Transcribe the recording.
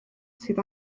sydd